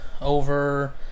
over